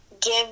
give